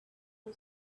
who